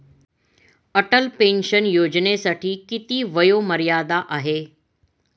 Atal pension योजनेसाठी किती वयोमर्यादा आहे?